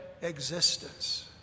existence